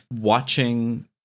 watching